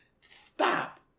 stop